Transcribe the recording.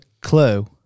clue